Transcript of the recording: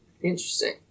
Interesting